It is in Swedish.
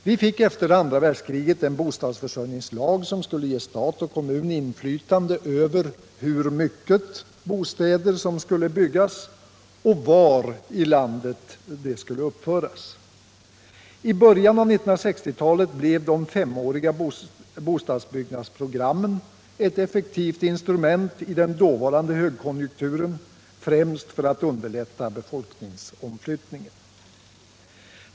Vi fick efter andra världskriget en bostadsförsörjningslag som skulle ge stat och kommun inflytande över hur mycket bostäder som skulle byggas och var i landet de skulle uppföras. I början av 1960-talet blev det femåriga bostadsbyggnadsprogrammet ett effektivt instrument i den dåvarande högkonjunkturen, främst för att underlätta befolkningsomflyttningen.